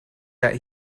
that